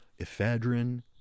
ephedrine